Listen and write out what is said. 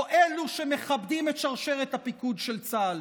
או אלה שמכבדים את שרשרת הפיקוד של צה"ל?